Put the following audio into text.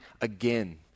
again